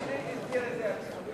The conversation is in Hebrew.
מאיר שטרית הסביר את זה יפה.